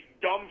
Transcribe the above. dumb